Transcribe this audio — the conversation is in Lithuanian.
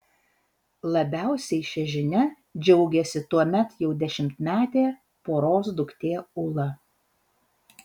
labiausiai šia žinia džiaugėsi tuomet jau dešimtmetė poros duktė ula